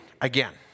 again